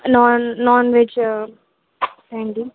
non non veg తెండి